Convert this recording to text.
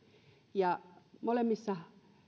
ja molemmissa